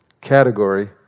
category